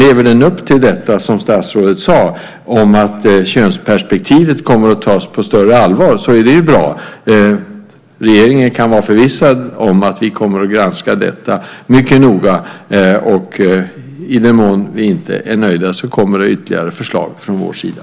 Lever den upp det som statsrådet sade om att könsperspektivet kommer att tas på större allvar är det bra. Regeringen kan vara förvissad att vi kommer att granska detta mycket noga. I den mån vi inte är nöjda kommer det ytterligare förslag från vår sida.